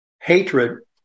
hatred